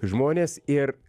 žmonės ir